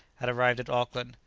had arrived at auckland.